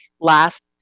Last